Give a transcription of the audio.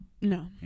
No